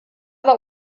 war